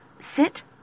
sit